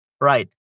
Right